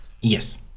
Yes